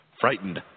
Frightened